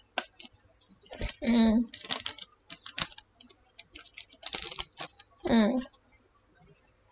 mm mm